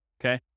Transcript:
Okay